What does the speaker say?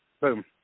boom